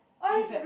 at the back